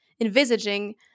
envisaging